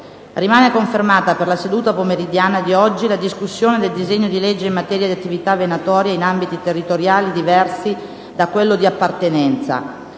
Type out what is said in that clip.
Rimane confermata per la seduta di oggi la discussione del disegno di legge in materia di attività venatoria in ambiti territoriali diversi da quello di appartenenza.